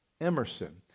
Emerson